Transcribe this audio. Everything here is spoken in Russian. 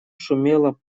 шумела